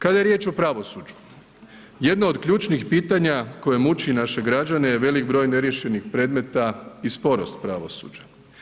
Kad je riječ o pravosuđu, jedna od ključnih pitanja koje muči naše građana je velik broj neriješenih predmeta i sporost pravosuđa.